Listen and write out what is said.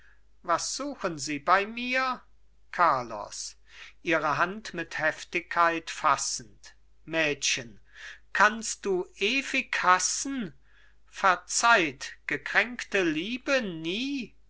was suchen sie bei mir carlos ihre hand mit heftigkeit fassend mädchen kannst du ewig hassen verzeiht gekränkte liebe nie